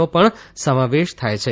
નો પણ સમાવેશ થાય છે